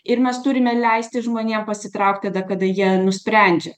ir mes turime leisti žmonėm pasitraukti tada kada jie nusprendžia